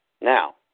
Now